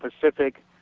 Pacific